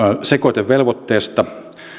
sekoitevelvoitteesta